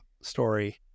story